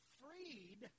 freed